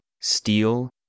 steel